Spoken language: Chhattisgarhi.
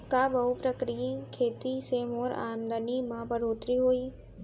का बहुप्रकारिय खेती से मोर आमदनी म बढ़होत्तरी होही?